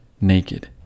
naked